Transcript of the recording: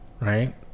right